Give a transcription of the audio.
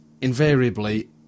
invariably